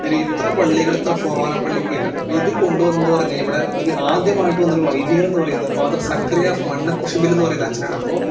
ഒരു ഇത്ര പള്ളികൾ ഇത്ര ഫൊറോന പള്ളിക്കില്ല അപ്പം ഇത് കൊണ്ട് വന്നു എന്ന് പറഞ്ഞാൽ ഇവിടെ ഒരു ആദ്യമായിട്ട് വന്നൊരു വൈദികനെന്ന് പറയുന്നത് ഫാദര് സക്കറിയാസ് മണ്ണക്കുശുമ്പിൽ എന്ന് പറയുന്നൊരു അച്ചനാണ് അപ്പോൾ